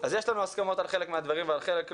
אז יש לנו הסכמות על חלק מהדברים ועל חלק לא.